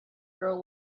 grow